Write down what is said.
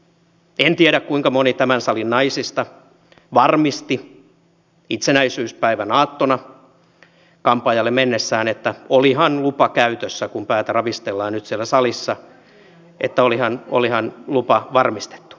en tiedä kuinka moni tämän salin naisista varmisti itsenäisyyspäivän aattona kampaajalle mennessään että olihan lupa käytössä kun päätä ravistellaan nyt siellä salissa että olihan lupa varmistettu